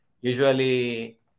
usually